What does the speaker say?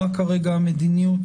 מה כרגע המדיניות